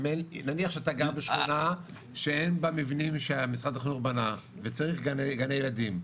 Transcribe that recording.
נניח שאתה גר בשכונה שאין בה מבנים שמשרד החינוך בנה וצריך גני ילדים.